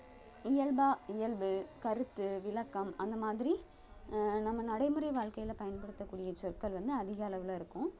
இயல்பாக இயல்பு கருத்து விளக்கம் அந்த மாதிரி நம்ம நடைமுறை வாழ்க்கையில பயன்படுத்தக்கூடிய சொற்கள் வந்து அதிக அளவில் இருக்கும்